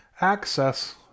access